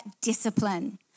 discipline